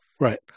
Right